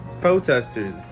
protesters